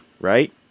right